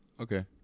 Okay